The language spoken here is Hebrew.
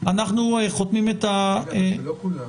לא כולם